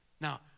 Now